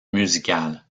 musicales